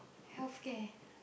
healthcare